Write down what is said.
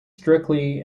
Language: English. strictly